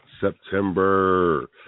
September